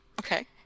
Okay